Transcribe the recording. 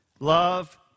Love